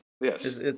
yes